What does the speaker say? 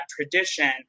tradition